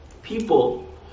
People